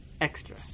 extra